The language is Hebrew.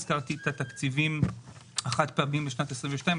הזכרתי את התקציבים החד פעמיים לשנת 2022,